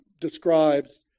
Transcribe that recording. describes